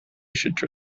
should